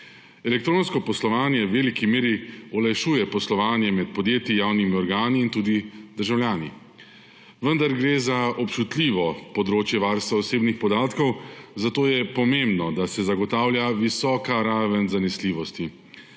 Elektronsko poslovanje v veliki meri olajšuje poslovanje med podjetji, javnimi organi in tudi državljani. Vendar gre za občutljivo področje varstva osebnih podatkov, zato je pomembno, da se zagotavlja visoka raven zanesljivosti.